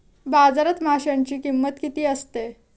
बाजारात माशांची किंमत किती असते?